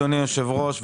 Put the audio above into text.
אדוני היושב ראש,